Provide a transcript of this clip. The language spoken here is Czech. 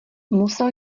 musel